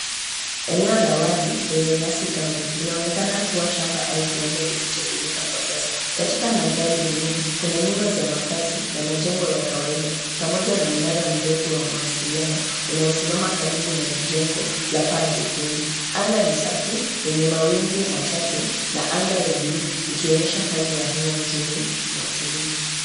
Eneo la wazi lenye nyasi kavu; linaonekana kuwa shamba au kiwanja kisichotumika kwa sasa. Katika mandhari ya nyuma, kuna nyumba za makazi na majengo ya kawaida pamoja na mnara mrefu wa mawasiliano unaosimama karibu na jengo la paa jekundu. Anga ni safi yenye mawingu machache na anga ya buluu ikionyesha hali ya hewa nzuri na utulivu.